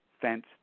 Fence